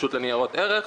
הרשות לניירות ערך.